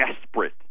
desperate